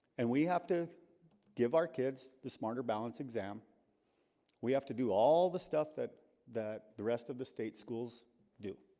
and we have to give our kids the smarter balanced exam we have to do all the stuff that that the rest of the state schools do